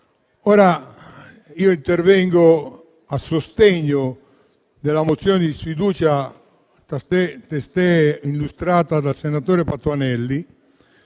discussione, a sostegno della mozione di sfiducia testé illustrata dal senatore Patuanelli,